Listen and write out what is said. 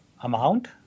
amount